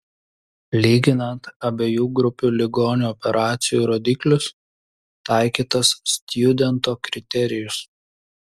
lyginant abiejų grupių ligonių operacijų rodiklius taikytas stjudento kriterijus